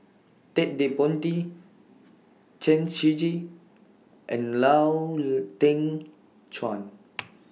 Ted De Ponti Chen Shiji and Lau Teng Chuan